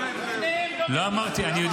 אלקין, מה אתה אומר?